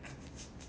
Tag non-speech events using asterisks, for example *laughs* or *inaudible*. *laughs*